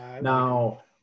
now